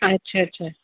अच्छा अच्छा